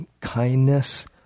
kindness